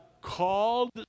called